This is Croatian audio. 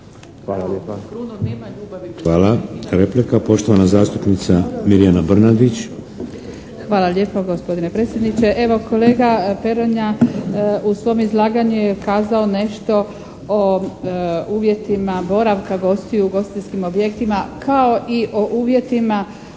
(HDZ)** Hvala. Replika, poštovana zastupnica Mirjana Brnadić. **Brnadić, Mirjana (HDZ)** Hvala lijepa gospodine predsjedniče. Evo kolega Peronja u svom izlaganju je kazao nešto o uvjetima boravka gostiju u ugostiteljskim objektima kao i o uvjetima